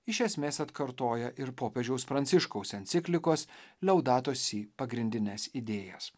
iš esmės atkartoja ir popiežiaus pranciškaus enciklikos liaudato si pagrindines idėjas